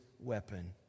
weapon